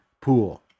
pool